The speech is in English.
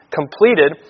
completed